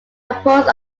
opposed